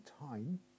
time